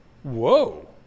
Whoa